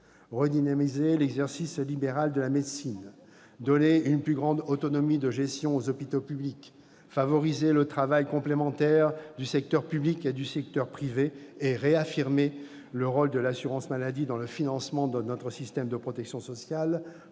redynamiser l'exercice libéral de la médecine, donner une plus grande autonomie de gestion aux hôpitaux publics, favoriser le travail complémentaire du secteur public et du secteur privé et réaffirmer le rôle de l'assurance maladie dans le financement de notre système de protection sociale